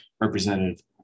Representative